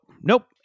nope